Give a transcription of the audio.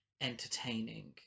entertaining